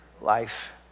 life